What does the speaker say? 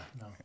no